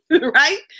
right